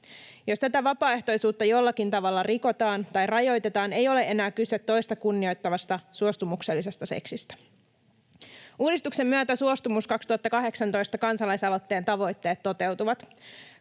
Jos tätä vapaaehtoisuutta jollakin tavalla rikotaan tai rajoitetaan, ei ole enää kyse toista kunnioittavasta, suostumuksellisesta seksistä. Uudistuksen myötä Suostumus2018-kansalaisaloitteen tavoitteet toteutuvat.